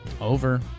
Over